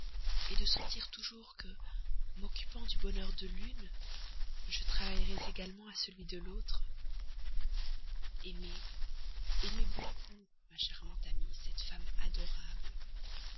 réciproque de sentir toujours qu'en m'occupant du bonheur de l'une je travaillerais également à celui de l'autre aimez aimez beaucoup ma charmante amie cette femme adorable